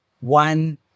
one